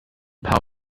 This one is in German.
paar